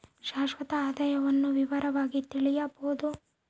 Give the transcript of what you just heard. ಶಾಶ್ವತ ಆದಾಯವನ್ನು ವಿವರವಾಗಿ ತಿಳಿಯಬೊದು